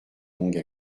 longue